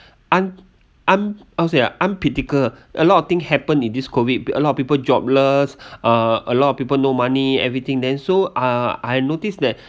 I'm I'm how to say ah untypical a lot of thing happen in this COVID a lot of people jobless uh a lot of people no money everything then so uh I notice that